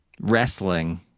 wrestling